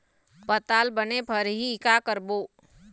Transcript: पताल बने फरही का करबो?